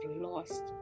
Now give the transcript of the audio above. lost